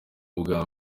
ubwa